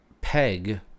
Peg